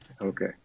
Okay